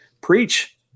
Preach